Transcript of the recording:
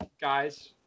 guys